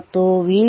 ಆಗಿದೆ